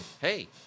hey